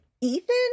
Ethan